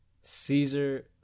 Caesar